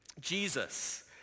Jesus